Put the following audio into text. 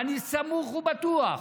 ואני סמוך ובטוח